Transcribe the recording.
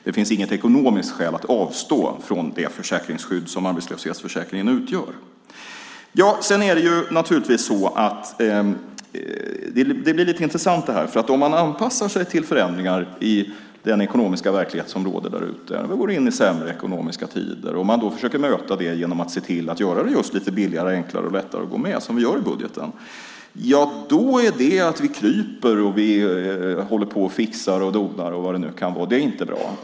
Det finns inget ekonomiskt skäl att avstå från det försäkringsskydd som arbetslöshetsförsäkringen utgör. Det här blir naturligtvis lite intressant. Om man anpassar sig till förändringar i den ekonomiska verklighet som råder där ute, vi går in i sämre ekonomiska tider, och försöker möta det genom att se till att göra det just lite billigare och enklare att gå med i a-kassa, som vi gör i budgeten, då kryper vi, håller på och fixar och donar och vad det nu kan vara. Det är inte bra.